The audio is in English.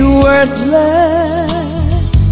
worthless